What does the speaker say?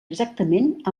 exactament